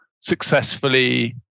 successfully